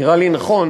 נראה לי נכון,